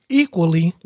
equally